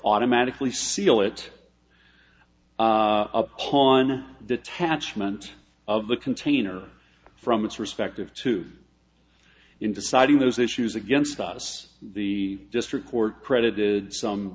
automatically seal it up on detachment of the container from its respective to in deciding those issues against us the district court credited some